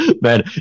man